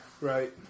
Right